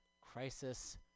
Crisis